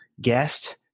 guest